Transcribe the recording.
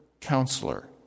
counselor